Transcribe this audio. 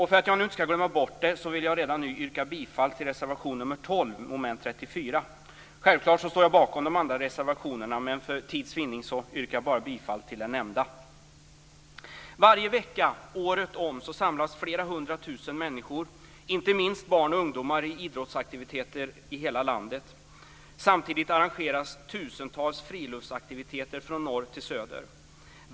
För att inte glömma bort det vill jag också redan nu yrka bifall till reservation 12 under mom. 34. Självklart står jag bakom de andra reservationerna, men för tids vinnande yrkar jag bifall bara till den nämnda. Varje vecka året om samlas flera hundra tusen människor, inte minst barn och ungdomar, i idrottsaktiviteter i hela landet. Samtidigt arrangeras tusentals friluftsaktiviteter från norr till söder.